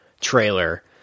trailer